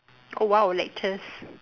oh !wow! lectures